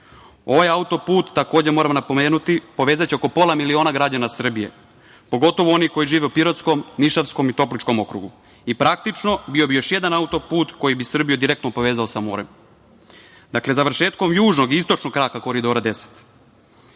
mira. Ovaj auto-put, takođe moramo napomenuti, povezaće oko pola miliona građana Srbije, pogotovo one koji žive u Pirotskom, Nišavskom i Topličkom okrugu i praktično bio bi još jedan auto-put koji bi Srbiju direktno povezao sa morem. Završetkom južnog i istočnog kraka Koridora 10,